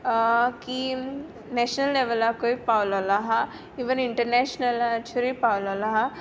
की नॅशनेल लेवलाकूय पाविल्लो आसा इवन इंटरनॅशनालाचेरूय पाविल्लो आसा